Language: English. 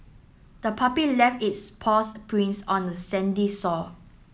the puppy left its paws prints on the sandy sore